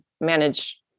manage